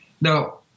Now